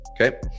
Okay